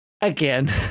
again